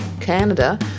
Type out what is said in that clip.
Canada